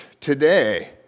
today